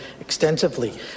extensively